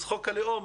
חוק הלאום